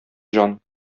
җан